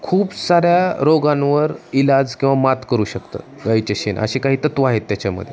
खूप साऱ्या रोगांवर इलाज किंवा मात करू शकतं गाईचे शेण असे काही तत्वं आहेत त्याच्यामध्ये